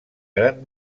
gran